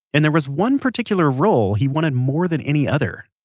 and there was one particular role he wanted more than any other